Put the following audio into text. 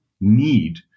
need